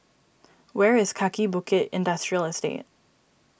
where is Kaki Bukit Industrial Estate